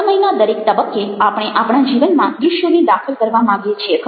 સમયના દરેક તબક્કે આપણે આપણા જીવનમાં દ્રશ્યોને દાખલ કરવા માંગીએ છીએખરું